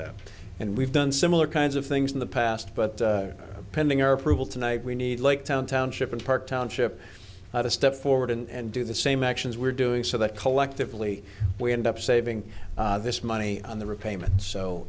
that and we've done similar kinds of things in the past but pending our approval tonight we need like town township and park township to step forward and do the same actions we're doing so that collectively we end up saving this money on the repayment so